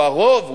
הוא הרוב,